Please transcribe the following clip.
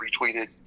retweeted